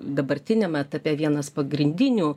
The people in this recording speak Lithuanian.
dabartiniam etape vienas pagrindinių